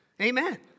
Amen